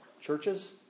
Churches